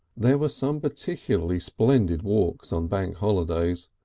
there were some particularly splendid walks on bank holidays.